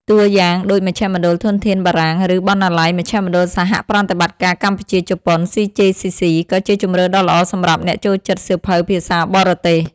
តួយ៉ាងដូច មជ្ឈមណ្ឌលធនធានបារាំង ឬបណ្ណាល័យ មជ្ឈមណ្ឌលសហប្រតិបត្តិការកម្ពុជា-ជប៉ុន CJCC ក៏ជាជម្រើសដ៏ល្អសម្រាប់អ្នកចូលចិត្តសៀវភៅភាសាបរទេស។